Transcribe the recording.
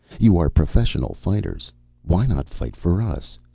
you are professional fighters why not fight for us?